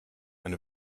and